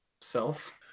self